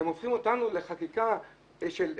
אתם הופכים אותנו לחקיקה פזיזה,